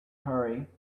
hurry